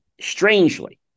strangely